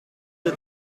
der